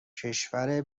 کشور